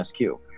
MSQ